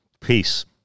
Peace